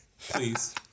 Please